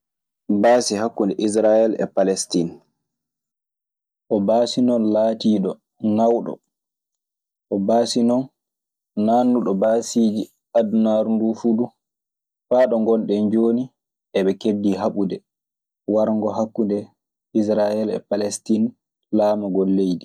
Baasi hakkunde Israayel e Palestiin. O baasii non laatiiɗo naawuɗo. O baasi non naatnuɗo baasiiji adunaaru nduu fuu du. Faa ɗo ngonɗen jooni eɓe keddii haɓude warngo hakkunde Israayel e Palestiin, laamugol leydi.